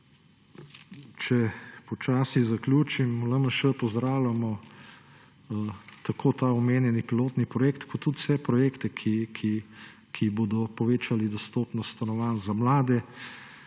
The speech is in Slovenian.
Če počasi zaključim. V LMŠ pozdravljamo tako omenjeni pilotni projekt kot tudi vse projekte, ki bodo povečali dostopnost stanovanj za mlade.